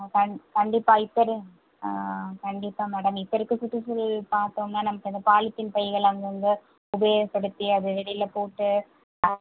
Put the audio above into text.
ஆ கண் கண்டிப்பாக இப்போ ரென் கண்டிப்பாக மேடம் இப்போ இருக்கற சுற்றுச்சூழல் பார்த்தோம்னா நமக்கு அந்த பாலித்தீன் பைகள் அங்கேங்க உபயோகப்படுத்தி அது வெளியில் போட்டு ஆ